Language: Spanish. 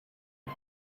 las